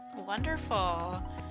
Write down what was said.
Wonderful